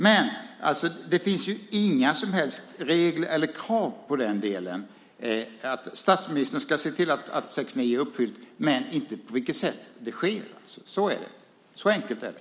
Statsministern ska se till att det som står i regeringsformen 6 kap. 9 § är uppfyllt, men det finns inga som helst regler eller krav på vilket sätt det sker på. Så enkelt är det.